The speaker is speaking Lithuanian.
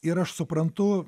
ir aš suprantu